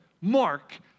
Mark